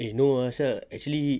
eh no ah sia actually